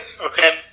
Okay